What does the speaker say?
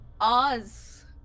Oz